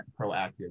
proactive